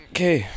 Okay